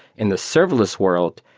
in the serverless world,